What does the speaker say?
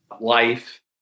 life